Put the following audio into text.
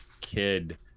kid